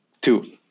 Two